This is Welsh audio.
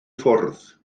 ffwrdd